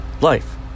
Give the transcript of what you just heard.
life